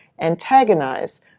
antagonize